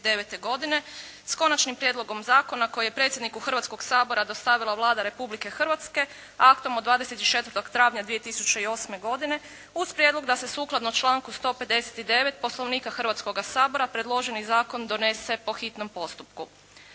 s Konačnim prijedlogom zakona koji je predsjedniku Hrvatskog sabora dostavila Vlada Republike Hrvatske aktom od 24. travnja 2008. godine uz prijedlog da se sukladno članku 159. Poslovnika Hrvatskoga sabora predloženi zakon donese po hitnom postupku.